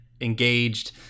engaged